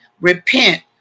repent